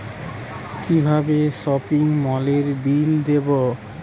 কিভাবে সপিং মলের বিল দেবো?